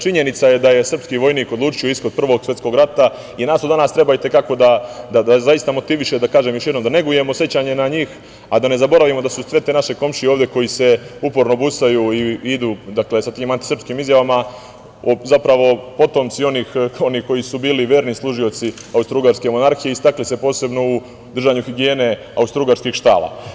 Činjenica je da je srpski vojnik odlučio ishod Prvog svetskog rata i nas to danas treba da motiviše, kažem još jednom, da negujemo sećanje na njih, a da ne zaboravimo da su sve te naše komšije, koji se uporno busaju i idu sa tim antisrpskim izjavama, zapravo potomci onih koji su bili verni služioci austrougarske monarhije, istakli se posebno u držanju higijene austrougarskih štala.